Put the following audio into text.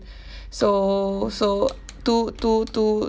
so so to to to